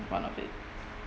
one of it